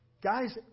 guys